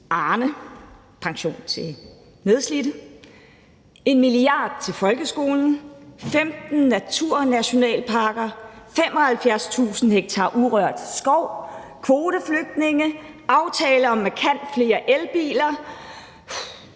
Arnepension til nedslidte, 1 mia. kr. til folkeskolen, 15 naturnationalparker, 75.000 ha urørt skov, kvoteflygtninge, en aftale om markant flere elbiler,